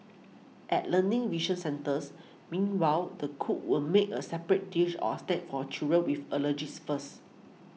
at Learning Vision centres meanwhile the cook will make a separate dish or snack for children with allergies first